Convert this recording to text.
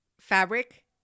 fabric